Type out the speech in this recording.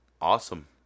awesome